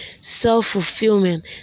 self-fulfillment